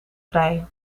vrij